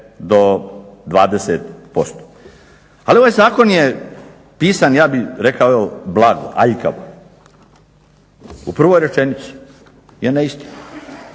do 20% Ali ovaj zakon je pisan, ja bih rekao evo blago, aljkavo. U prvoj rečenici je neistina.